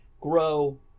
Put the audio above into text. grow